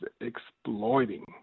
exploiting